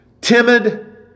Timid